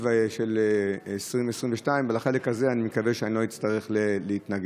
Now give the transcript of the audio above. של 2022. לחלק הזה אני מקווה שאני לא אצטרך להתנגד.